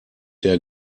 der